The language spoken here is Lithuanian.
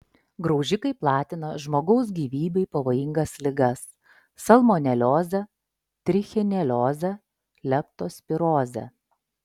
graužikai platina žmogaus gyvybei pavojingas ligas salmoneliozę trichineliozę leptospirozę